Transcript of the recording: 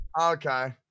Okay